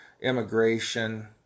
immigration